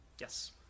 Yes